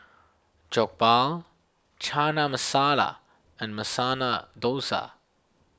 Jokbal Chana Masala and Masala Dosa